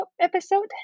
episode